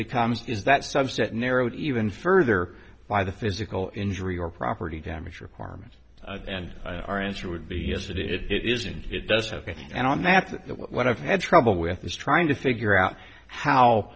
becomes is that subset narrowed even further by the physical injury or property damage requirement and our answer would be is that it is and it does have it and i'm that's what i've had trouble with is trying to figure out how